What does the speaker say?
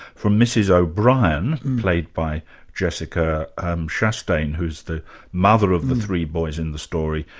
from mrs o'brien, played by jessica chastain who is the mother of the three boys in the story.